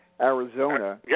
Arizona